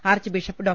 arch bishop Dr